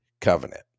covenant